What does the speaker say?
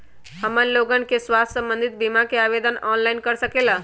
हमन लोगन के स्वास्थ्य संबंधित बिमा का आवेदन ऑनलाइन कर सकेला?